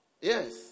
Yes